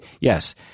Yes